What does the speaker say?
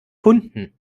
kunden